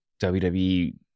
WWE